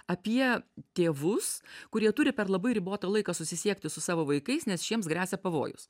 apie tėvus kurie turi per labai ribotą laiką susisiekti su savo vaikais nes šiems gresia pavojus